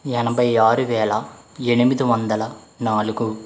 ఎనభై ఆరువేల ఎనిమిది వందల నాలుగు